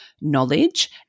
knowledge